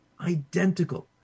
identical